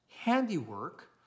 Handiwork